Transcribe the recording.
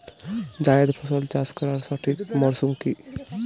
জায়েদ ফসল চাষ করার সঠিক মরশুম কি?